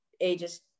ages